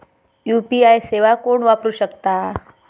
UPI सेवा कोण वापरू शकता?